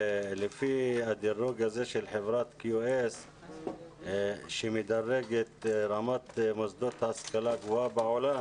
לפי הדירוג הזה של חברת QS שמדרגת את רמת המוסדות להשכלה גבוהה בעולם